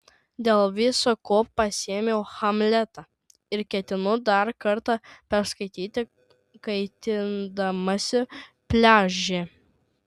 dėl visa ko pasiėmiau hamletą ir ketinu dar kartą perskaityti kaitindamasi pliaže